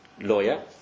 lawyer